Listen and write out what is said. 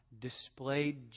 displayed